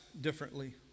differently